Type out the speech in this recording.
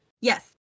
Yes